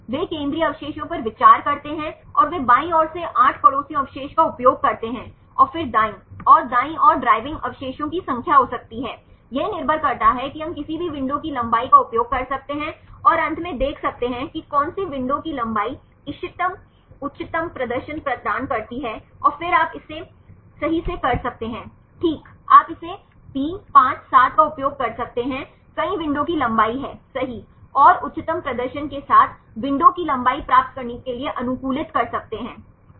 वे केंद्रीय अवशेषों पर विचार करते हैं और वे बाईं ओर से 8 पड़ोसियों अवशेष का उपयोग करते हैं और फिर दाईं ओर दाईं ओर ड्राइविंग अवशेषों की संख्या हो सकती है यह निर्भर करता है कि हम किसी भी विंडो की लंबाई का उपयोग कर सकते हैं और अंत में देख सकते हैं कि कौन सी विंडो की लंबाई इष्टतम उच्चतम प्रदर्शन प्रदान करती है फिर आप इसे सही से कर सकते हैंठीक आप इसे 3 5 7 का उपयोग कर सकते हैं कई विंडो की लंबाई है सही और उच्चतम प्रदर्शन के साथ विंडो की लंबाई प्राप्त करने के लिए अनुकूलित कर सकते हैं